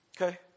Okay